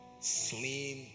Slim